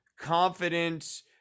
confident